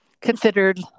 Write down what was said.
considered